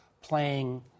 playing